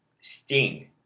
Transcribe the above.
Sting